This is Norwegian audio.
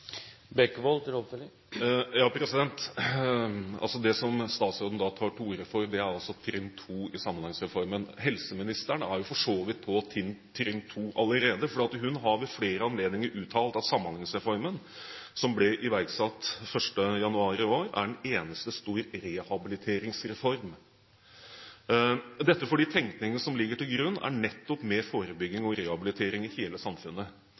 Det som statsråden tar til orde for, er altså trinn 2 i Samhandlingsreformen. Helseministeren er for så vidt på trinn 2 allerede, for hun har ved flere anledninger uttalt at Samhandlingsreformen, som ble iverksatt 1. januar i år, er en eneste stor rehabiliteringsreform, fordi tenkningen som ligger til grunn, nettopp er mer forebygging og rehabilitering i hele samfunnet.